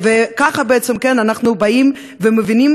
וככה בעצם אנחנו מבינים